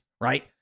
right